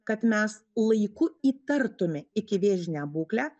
kad mes laiku įtartume ikivėžinę būklę